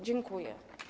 Dziękuję.